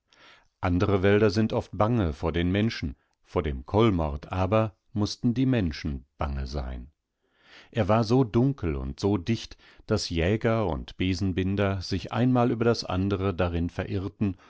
andere wälder sind oft bange vor den menschen vor dem kolmrd aber mußten die menschen bange sein er war so dunkel und so dicht daß jäger und besenbinder sich einmal über das andere darin verirrten